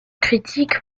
critique